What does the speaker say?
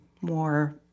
more